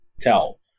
tell